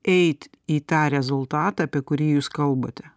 eit į tą rezultatą apie kurį jūs kalbate